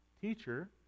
Teacher